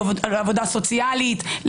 לעבודה סוציאלית,